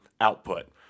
output